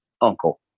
uncle